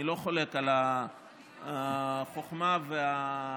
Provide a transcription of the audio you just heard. אני לא חולק על החוכמה והרעיון,